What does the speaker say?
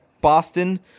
Boston